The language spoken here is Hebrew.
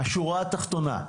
השורה התחתונה,